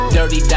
Dirty